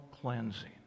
cleansing